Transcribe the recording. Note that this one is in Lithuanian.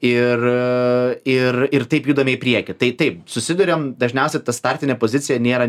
ir taip judame į priekį tai taip susiduriam dažniausiai ta startinė pozicija nėra neutrali